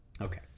Okay